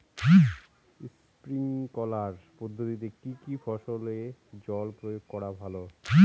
Sprinkler পদ্ধতিতে কি কী ফসলে জল প্রয়োগ করা ভালো?